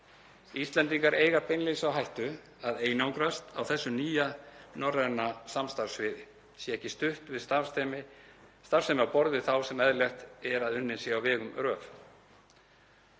Íslendingar eiga beinlínis á hættu að einangrast á þessu nýja norræna samstarfssviði sé ekki stutt við starfsemi á borð við þá sem eðlilegt er að unnin sé á vegum RÖV.